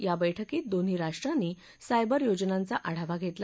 या बैठकीत दोन्ही राष्ट्रांनी सायबर योजनांचा आढावा घेतला